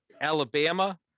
Alabama